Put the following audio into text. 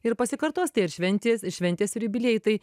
ir pasikartos tie ir šventės šventės ir jubiliejai tai